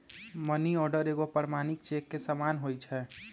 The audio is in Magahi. मनीआर्डर एगो प्रमाणिक चेक के समान होइ छै